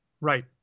right